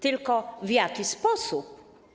Tylko w jaki sposób?